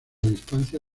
distancia